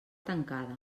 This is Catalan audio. tancada